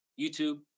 YouTube